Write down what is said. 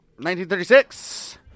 1936